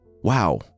Wow